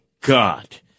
God